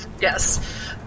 yes